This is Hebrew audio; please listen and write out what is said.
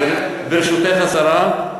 ברשותך, השרה,